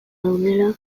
daudela